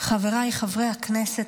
חבריי חברי הכנסת,